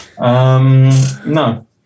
no